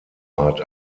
art